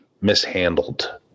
mishandled